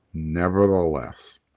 Nevertheless